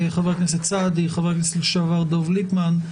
חבר הכנסת שלעבר דב ליפמן,